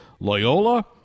Loyola